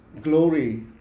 glory